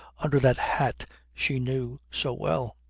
under that hat she knew so well.